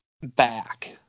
back